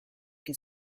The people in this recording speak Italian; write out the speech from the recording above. che